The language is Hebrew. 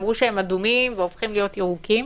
שאמרו שהם אדומים והופכים להיות ירוקים.